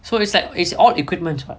so it's like it's all equipment [what]